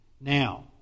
Now